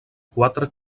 quatre